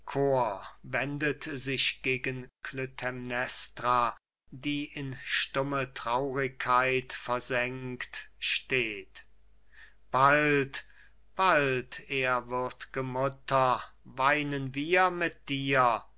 wendet sich gegen klytämnestra die in stumme traurigkeit versenkt steht bald bald ehrwürd'ge mutter weinen wir mit dir